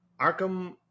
arkham